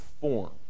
form